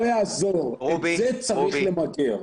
יעזור, זה צריך למגר.